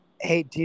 Hey